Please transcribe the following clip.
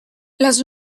les